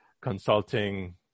consulting